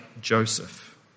Joseph